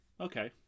Okay